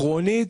עקרונית,